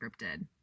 scripted